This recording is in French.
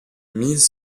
mise